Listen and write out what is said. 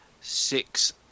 six